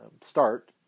start